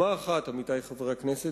עמיתי חברי הכנסת,